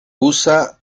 usa